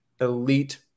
elite